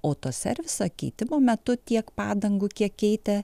autoservisą keitimo metu tiek padangų kiek keitė